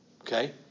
Okay